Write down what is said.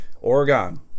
Oregon